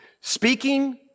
speaking